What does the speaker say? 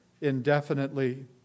indefinitely